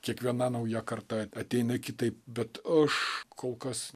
kiekviena nauja karta ateina kitaip bet aš kol kas